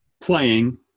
playing